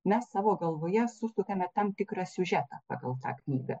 mes savo galvoje susukame tam tikrą siužetą pagal tą knygą